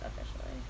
officially